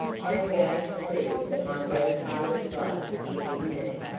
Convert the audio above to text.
i am going to prove that my grandfather's blood is in me.